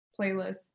playlist